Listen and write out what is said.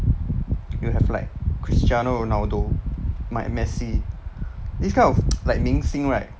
you have like cristiano ronaldo messi this kind of like 明星 right